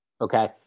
Okay